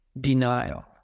denial